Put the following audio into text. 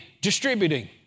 distributing